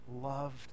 loved